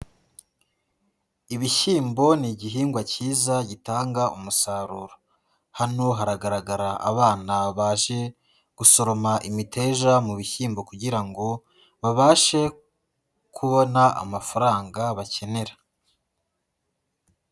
Ibishyimbo ni igihingwa cyiza gitanga umusaruro. Hano haragaragara abana baje gusoroma imiteja mu bishyimbo kugira ngo babashe kubona amafaranga bakenera.